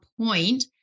point